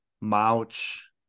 Mouch